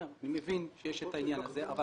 מבין שיש את העניין הזה אבל